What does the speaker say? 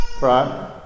right